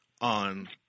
on